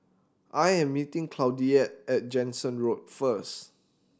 I am meeting Claudette at Jansen Road first